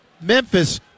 Memphis